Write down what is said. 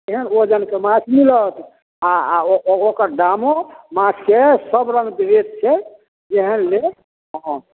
तेहन ओजनके माछ मिलत आ आ ओकर दामो माछके सभ रङ्गके रेट छै जेहन लेब हँ